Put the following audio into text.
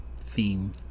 theme